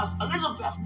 Elizabeth